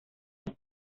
los